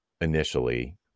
initially